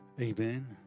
Amen